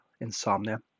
insomnia